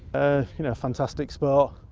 you know fantastic spot,